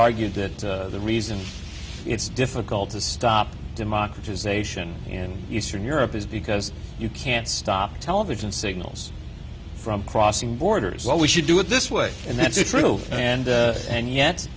argued that the reason it's difficult to stop democratization in eastern europe is because you can't stop television signals from crossing borders well we should do it this way and that's a true and and yet